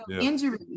Injury